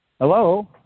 Hello